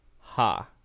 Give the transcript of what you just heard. ha